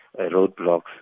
roadblocks